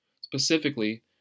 specifically